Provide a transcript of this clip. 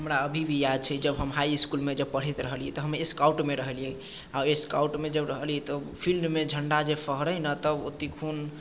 हमरा अभी भी याद छै जब हम हाइ इस्कुलमे जब पढ़ैत रहलियै तऽ हम स्काउटमे रहलियै आओर स्काउटमे जब रहलियै तऽ फील्डमे झण्डा जे फहरै ने तब ओत्तैखुन